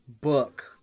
book